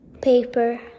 paper